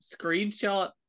screenshot